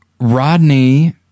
Rodney